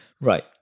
right